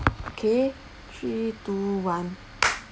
okay three two one